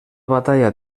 batalla